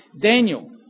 Daniel